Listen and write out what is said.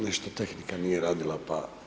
Nešto tehnika nije radila, pa.